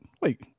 Wait